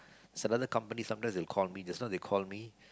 it's another company sometimes they call me just now they call me